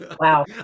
Wow